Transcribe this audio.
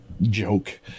joke